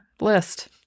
list